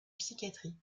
psychiatrie